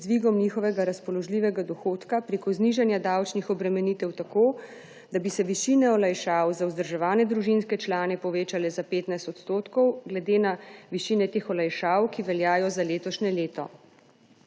z dvigom njihovega razpoložljivega dohodka preko znižanja davčnih obremenitev, tako da bi se višine olajšav za vzdrževane družinske člane povečale za 15 % glede na višine teh olajšav, ki veljajo za letošnje leto.